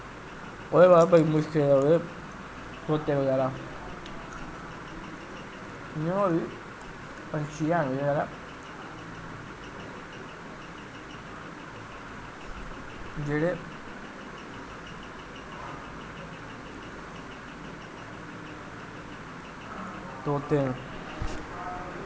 ओह्दे बाद बड़ी मुश्कलें लब्भदे तोते बगैरा इ'यां होर वी पक्षी हैन जेह्ड़े तोते न